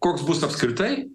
koks bus apskritai